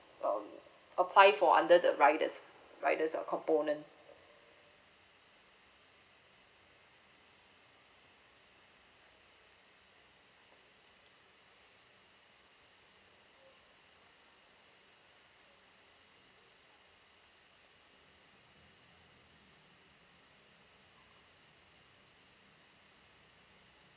um apply for under the riders riders uh component